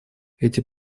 эти